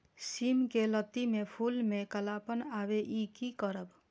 सिम के लत्ती में फुल में कालापन आवे इ कि करब?